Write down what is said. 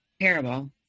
terrible